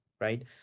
right